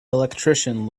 electrician